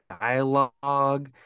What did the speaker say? dialogue